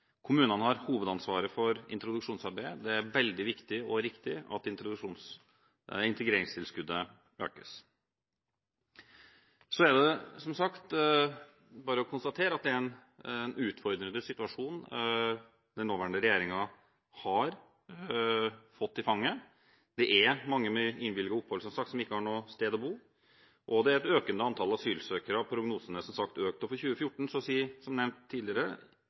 Kommunene har hovedansvaret for introduksjonsarbeidet. Det er veldig viktig og riktig at integreringstilskuddet økes. Så er det, som sagt, bare å konstatere at det er en utfordrende situasjon den nåværende regjeringen har fått i fanget. Det er mange med innvilget opphold som ikke har noe sted å bo, og det er et økende antall asylsøkere. Prognosene er som sagt økt. For 2014 anslår, som nevnt tidligere,